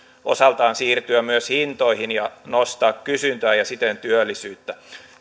osaltaan siirtyä myös hintoihin ja nostaa kysyntää ja siten työllisyyttä